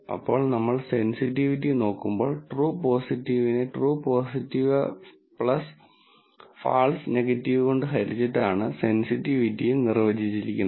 ഇപ്പോൾ നമ്മൾ സെൻസിറ്റിവിറ്റി നോക്കുമ്പോൾ ട്രൂ പോസിറ്റീവിനെ ട്രൂ പോസിറ്റീവ് ഫാൾസ് നെഗറ്റീവ് കൊണ്ട് ഹരിച്ചിട്ടാണ് സെന്സിറ്റിവിറ്റിയെ നിർവചിച്ചിരിക്കുന്നത്